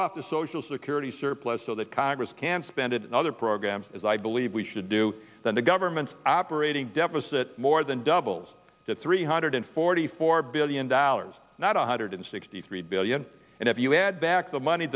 off the social security surplus so that congress can spend it on other programs as i believe we should do that the government's aberrated deficit more than doubles that three hundred forty four billion dollars not one hundred sixty three billion and if you add back the money